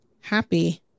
happy